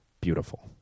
Beautiful